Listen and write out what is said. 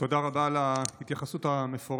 תודה רבה על ההתייחסות המפורטת.